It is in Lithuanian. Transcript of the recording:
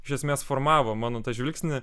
iš esmės formavo mano tą žvilgsnį